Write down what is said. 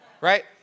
Right